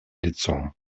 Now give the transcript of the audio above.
лицом